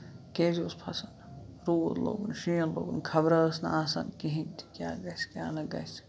کیازِ اوس پھسان روٗد لوگُن شیٖن لوگُن خبرا ٲس نہٕ آسان کِہِنۍ تہِ کیاہ گژھِ کیاہ نہٕ گژھِ